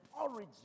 origin